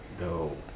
No